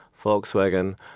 Volkswagen